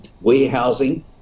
warehousing